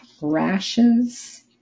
rashes